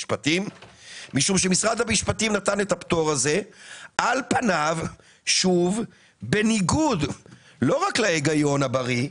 משום שמשרד המשפטים נתן את הפטור הזה לא רק בניגוד להיגיון הבריא,